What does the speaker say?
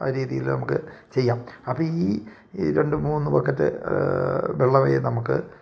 ആ രീതിയിൽ നമുക്ക് ചെയ്യാം അപ്പം ഈ ഈ രണ്ട് മൂന്ന് ബക്കറ്റ് വെള്ളമേ നമുക്ക്